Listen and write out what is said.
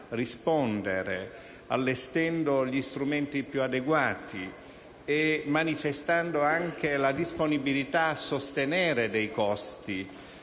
rispondere allestendo gli strumenti più adeguati e manifestando anche la disponibilità a sostenere dei costi.